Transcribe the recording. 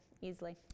easily